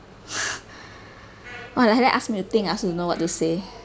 !wah! like that asked me to think ah so you know what to say